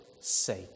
sake